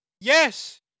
yes